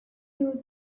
know